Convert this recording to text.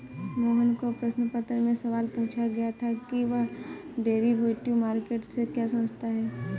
मोहन को प्रश्न पत्र में सवाल पूछा गया था कि वह डेरिवेटिव मार्केट से क्या समझता है?